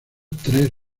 tres